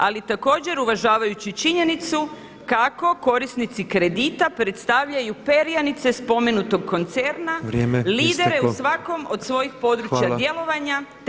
Ali također uvažavajući činjenicu kako korisnici kredita predstavljaju perjanice spomenutog koncerna [[Upadica Petrov: Vrijeme isteklo.]] lidere u svakome od svojih područja djelovanja, te